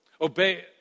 Obey